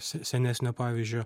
se senesnio pavyzdžio